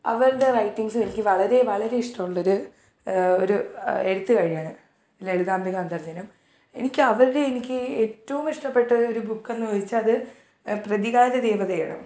അവരുടെ റൈറ്റിങ്സും എനിക്ക് വളരെ വളരെ ഇഷ്ടമുള്ളൊരു ഒരു എഴുത്തുകാരിയാണ് ലളിതാംമ്പിക അന്തർജനം എനിക്ക് അവരുടെ എനിക്ക് ഏറ്റോം ഇഷ്ടപ്പെട്ട ഒരു ബുക്കെന്ന് ചോദിച്ചാൽ അത് പ്രതികാര ദേവതയാണ്